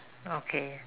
okay